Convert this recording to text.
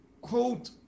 quote